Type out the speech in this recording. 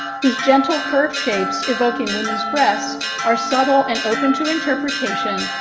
whose gentle curve shapes evoking women's breasts are subtle and open to interpretation.